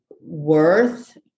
worth